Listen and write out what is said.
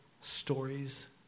stories